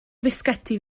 fisgedi